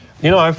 you know, um